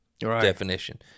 definition